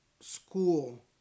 school